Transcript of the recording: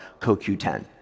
CoQ10